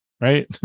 right